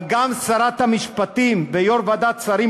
אבל גם שרת המשפטים ויו"ר ועדת שרים